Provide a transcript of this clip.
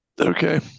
Okay